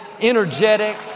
energetic